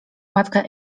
matka